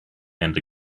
and